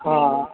ہاں